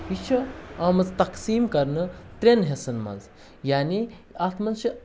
یہِ چھِ آمٕژ تَقسیٖم کَرنہٕ ترٛٮ۪ن حِصَن منٛز یعنے اَتھ منٛز چھِ